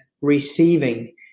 receiving